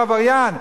הוא עבריין,